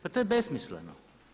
Pa to je besmisleno.